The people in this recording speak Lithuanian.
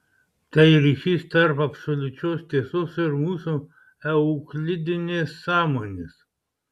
tai ryšys tarp absoliučios tiesos ir mūsų euklidinės sąmonės